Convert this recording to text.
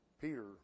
Peter